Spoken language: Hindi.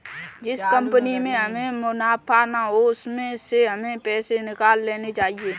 जिस कंपनी में हमें मुनाफा ना हो उसमें से हमें पैसे निकाल लेने चाहिए